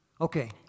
Okay